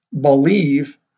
believe